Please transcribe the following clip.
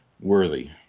worthy